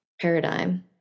paradigm